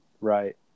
right